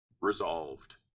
Resolved